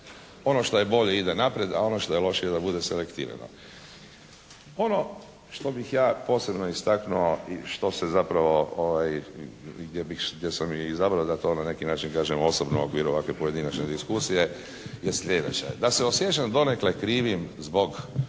Ono što je bolje ide naprijed, a ono što je loše da bude selektirano. Ono što bih ja posebno istaknuo i što se zapravo i gdje sam izabrao da to na neki način kažem osobno bilo u ovako pojedinačnoj diskusiji je sljedeće. Da se osjećam donekle krivim zbog